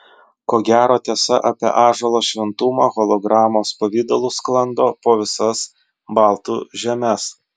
ko gero tiesa apie ąžuolo šventumą hologramos pavidalu sklando po visas baltų žemes